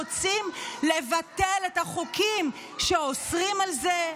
אנחנו רוצים לבטל את החוקים שאוסרים את זה.